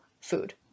food